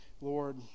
Lord